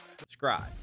subscribe